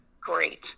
great